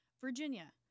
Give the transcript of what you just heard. Virginia